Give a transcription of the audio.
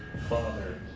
father